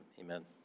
amen